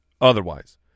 otherwise